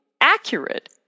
accurate